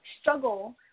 struggle